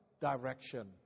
direction